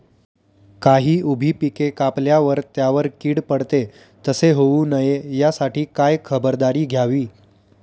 काही उभी पिके कापल्यावर त्यावर कीड पडते, तसे होऊ नये यासाठी काय खबरदारी घ्यावी?